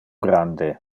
grande